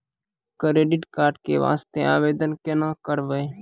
Credit card के वास्ते आवेदन केना करबै?